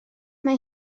mae